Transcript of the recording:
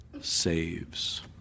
saves